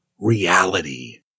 reality